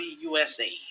USA